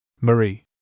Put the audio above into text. Marie